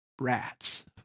Rats